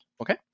okay